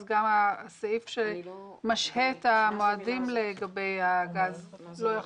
אז גם הסעיף שמשהה את המועדים לגבי הגז לא יחול.